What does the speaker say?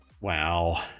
wow